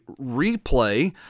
replay